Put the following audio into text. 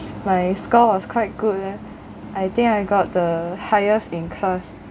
my score was quite good leh I think I got the highest in class